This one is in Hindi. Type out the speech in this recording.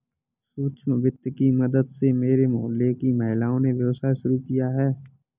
सूक्ष्म वित्त की मदद से मेरे मोहल्ले की महिलाओं ने व्यवसाय शुरू किया है